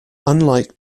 unlike